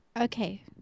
Okay